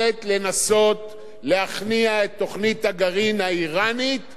תוכנית הגרעין האירנית שלא על דרך הפתרון האלים.